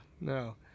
no